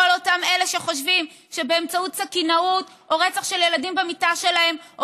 אותם אלה שחושבים שבאמצעות סכינאות או רצח של ילדים במיטה שלהם או